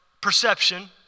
perception